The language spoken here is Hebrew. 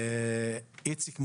איציק מויאל,